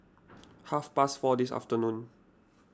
half past four this afternoon